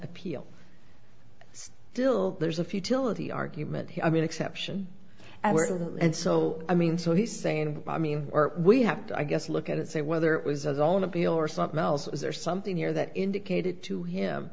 appeal still there's a futility argument here i mean exception and so i mean so he's saying i mean we have to i guess look at it say whether it was a zone a b or something else is there something here that indicated to him